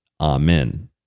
Amen